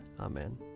Amen